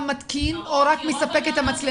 גם מתקינים או רק לספר את המצלמות?